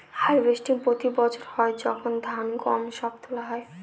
harvesting প্রতি বছর হয় যখন ধান, গম সব তোলা হয়